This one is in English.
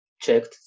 checked